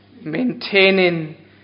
maintaining